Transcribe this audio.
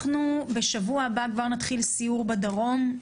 בשבוע הבא כבר נתחיל סיור בדרום,